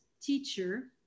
teacher